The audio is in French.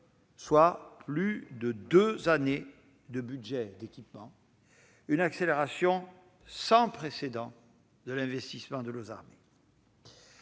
soit plus de deux années de dépenses d'équipement, et une accélération sans précédent de l'investissement en faveur